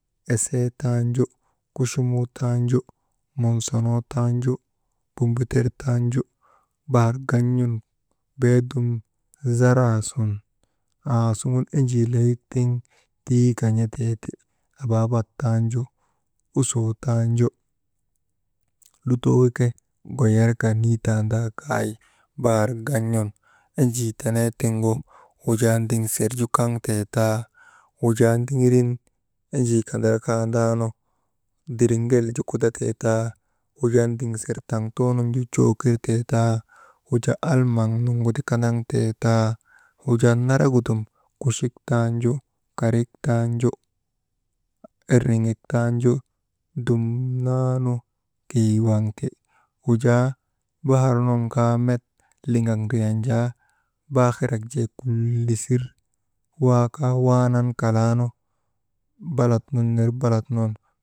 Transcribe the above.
Esee taanju, kuchumuu taanju, monsonoo tanju, bumbuter taan ju, bahar gan̰nun beedum zaraa sun aasuŋun enjii layik tiŋ tii kaa n̰ateeti, abaabat taanju, usoo taanju, lutoo ke goyerka niitaandaa kay bahar gan̰nun enjii tenee tiŋgu wujaa diŋser ju kaŋ tee taa, wujaa ndiŋirin, enjii kandarakadaanu diriŋel ju kudatee taa, wujaa diŋser taŋtuunun ju cow kir tee taa, wujaa almaŋ nunguti kandaŋteetaa, wujaa naragudum kuchik taanju, karik taanju erniŋejk taanju dumnanu keyi waŋ ti. Wujaa bahar nu kaa met liŋak ndriyan jaa baakirak jee kullisir waa kaa waanan kalaanu balat nun ner balat nun.